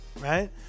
right